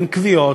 אין כוויות,